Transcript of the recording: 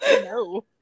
no